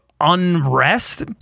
Unrest